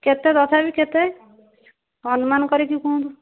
କେତେ ତଥାବି କେତେ ଅନୁମାନ କରିକି କୁହନ୍ତୁ